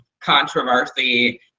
controversy